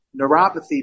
neuropathy